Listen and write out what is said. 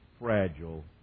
fragile